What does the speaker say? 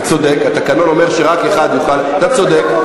אתה צודק, התקנון אומר שרק אחד יוכל, אתה צודק.